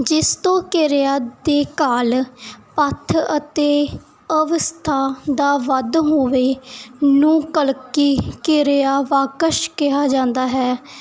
ਜਿਸ ਤੋਂ ਕਿਰਿਆ ਦੇ ਕਾਲ ਪਥ ਅਤੇ ਅਵਸਥਾ ਦਾ ਵੱਧ ਹੋਵੇ ਨੂੰ ਕਲਕੀ ਕਿਰਿਆ ਵਾਕੰਸ਼ ਕਿਹਾ ਜਾਂਦਾ ਹੈ